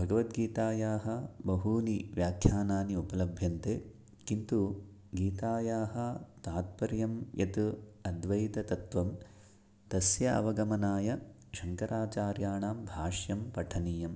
भगवद्गीतायाः बहूनि व्याख्यानानि उपलभ्यन्ते किन्तु गीतायाः तात्पर्यं यत् अद्वैततत्त्वं तस्य अवगमनाय शङ्कराचार्याणां भाष्यं पठनीयं